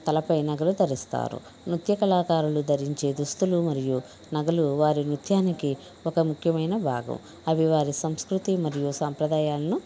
తలపై నగలు ధరిస్తారు నృత్య కళాకారులు ధరించే దుస్తులు మరియు నగలు వారి నృత్యానికి ఒక ముఖ్యమైన భాగం అవి వారి సంస్కృతి మరియు సంప్రదాయాలను